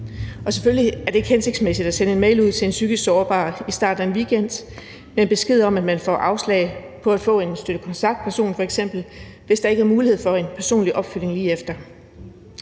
selvfølgelig er det ikke hensigtsmæssigt at sende en mail ud til en psykisk sårbar i starten af en weekend med en besked om, at man f.eks. får afslag på at få en støttekontaktperson, hvis der ikke er mulighed for en personlig opfølgning lige efter.